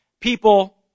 people